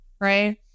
Right